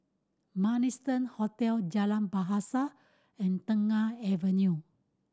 Marrison Hotel Jalan Bahasa and Tengah Avenue